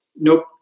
nope